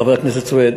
חבר הכנסת סוייד.